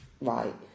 right